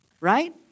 right